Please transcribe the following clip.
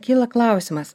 kyla klausimas